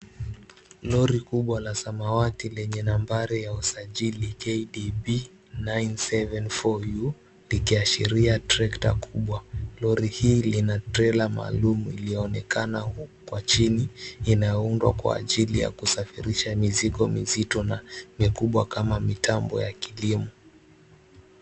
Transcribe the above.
Lori kubwa la samawati lenye nambari ya usajili kdb 974u ikiashiria tractor kubwa. Lori lina trela maalumu iliyoonekana kwa chini inaundwa kwaajili ya kusfirisha mizigo mizito kubwa kama mitambo ya kilimo.